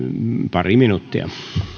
pari minuuttia